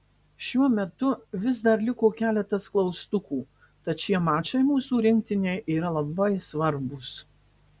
šiuo metu vis dar liko keletas klaustukų tad šie mačai mūsų rinktinei yra labai svarbūs